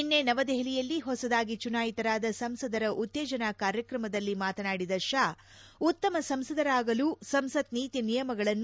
ನಿನ್ನೆ ನವದೆಹಲಿಯಲ್ಲಿ ಹೊಸದಾಗಿ ಚುನಾಯಿಯತರಾದ ಸಂಸದರ ಉತ್ತೇಜನಾ ಕಾರ್ಯಕ್ರಮದಲ್ಲಿ ಮಾತನಾಡಿದ ಷಾ ಉತ್ತಮ ಸಂಸದರಾಗಲು ಸಂಸತ್ ನೀತಿ ನಿಯಮಗಳನ್ನು